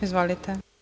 Izvolite.